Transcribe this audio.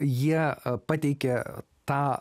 jie pateikia tą